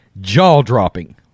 jaw-dropping